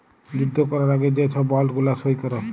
যুদ্ধ ক্যরার আগে যে ছব বল্ড গুলা সই ক্যরে